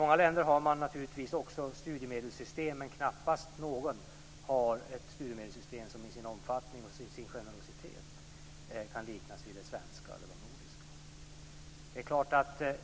Många länder har förstås också studiemedelssystem, men knappast något land har ett studiemedelssystem som i sin omfattning och sin generositet kan liknas vid det svenska eller de nordiska.